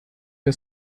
der